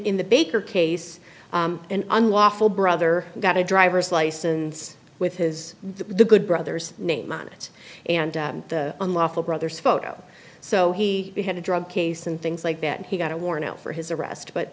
in the baker case an unlawful brother got a driver's license with his the good brother's name on it and the unlawful brother's photo so he had a drug case and things like that he got a warrant out for his arrest but